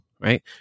right